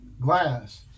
glass